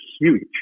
huge